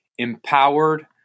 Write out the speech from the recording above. empowered